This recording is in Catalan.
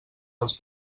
dels